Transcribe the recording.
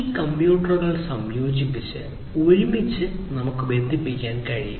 ഈ കമ്പ്യൂട്ടറുകൾ സംയോജിപ്പിച്ച് ഒരുമിച്ച് ബന്ധിപ്പിക്കാൻ കഴിയും